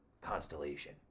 constellation